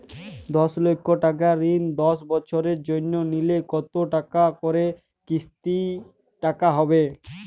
দশ লক্ষ টাকার ঋণ দশ বছরের জন্য নিলে কতো টাকা করে কিস্তির টাকা হবে?